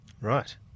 Right